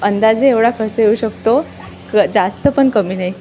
अंदाजे एवढा खर्च येऊ शकतो क जास्त पण कमी नाही